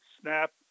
snap